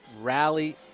rally